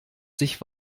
sich